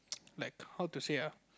like how to say ah